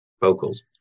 vocals